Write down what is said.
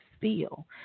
feel